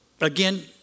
again